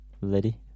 lady